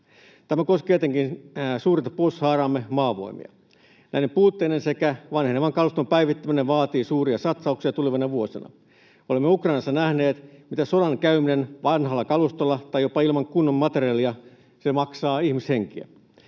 Tämä koskee etenkin suurinta puolustushaaraamme Maavoimia. Tämän puutteellisen sekä vanhenevan kaluston päivittäminen vaatii suuria satsauksia tulevina vuosina. Olemme Ukrainassa nähneet, mitä on sodan käyminen vanhalla kalustolla tai jopa ilman kunnon materiaalia. Se maksaa ihmishenkiä.